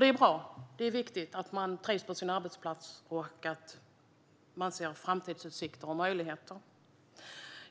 Det är bra och viktigt att man trivs på sin arbetsplats och att man ser framtidsutsikter och möjligheter.